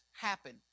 happen